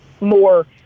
more